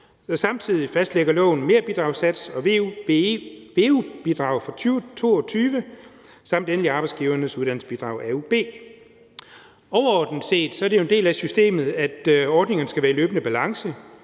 Samtidig fastlægger lovforslaget en merbidragssats og et veu-bidrag for 2022 samt endelig Arbejdsgivernes Uddannelsesbidrag, AUB. Overordnet set er det jo en del af systemet, at ordningerne skal være i løbende balance.